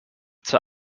zur